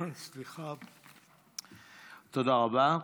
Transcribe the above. תודה רבה.